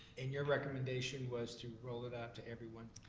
and your recommendation was to roll it out to everyone?